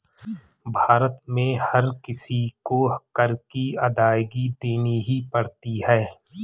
भारत में हर किसी को कर की अदायगी देनी ही पड़ती है